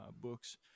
books